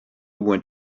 went